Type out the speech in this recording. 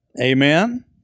Amen